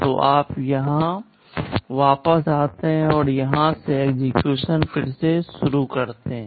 तो आप यहां वापस आते हैं और यहां से एक्सेक्यूशन फिर से शुरू करते हैं